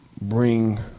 bring